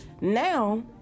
now